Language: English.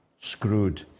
screwed